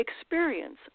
experience